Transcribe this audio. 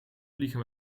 vliegen